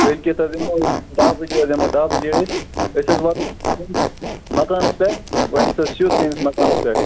کٲلۍکیٚتھ حظ یِمو دَہ بَجے حظ یِمو دَہ بَجے حظ أسۍ أسۍ حظ واتو سٲرِی مَکانَس پیٚٹھ گۅڈٕنیٚتھ حظ چھِو تُہٕنٛدِس مَکانَس پیٚٹھ